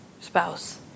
spouse